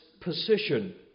position